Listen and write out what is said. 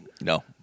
No